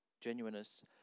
genuineness